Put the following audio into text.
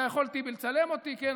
אתה יכול, טיבי, לצלם אותי, כן.